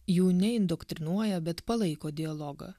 jų neindoktrinuoja bet palaiko dialogą